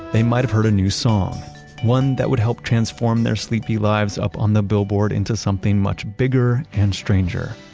they might have heard a new song one that would help transform their sleepy lives up on the billboard into something much bigger and stranger.